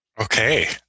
Okay